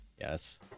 Yes